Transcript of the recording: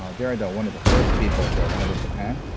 um they're and one of the first people to arrive in japan,